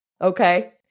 Okay